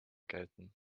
gelten